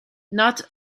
not